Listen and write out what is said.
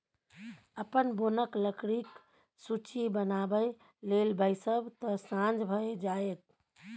अपन बोनक लकड़ीक सूची बनाबय लेल बैसब तँ साझ भए जाएत